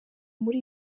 muri